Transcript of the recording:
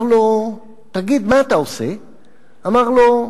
אמר לו: